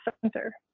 center